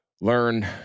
learn